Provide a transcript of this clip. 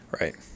Right